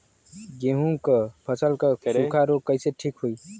गेहूँक फसल क सूखा ऱोग कईसे ठीक होई?